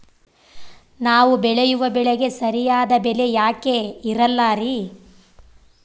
ನಾವು ಬೆಳೆಯುವ ಬೆಳೆಗೆ ಸರಿಯಾದ ಬೆಲೆ ಯಾಕೆ ಇರಲ್ಲಾರಿ?